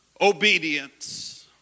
obedience